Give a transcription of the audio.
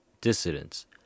dissidents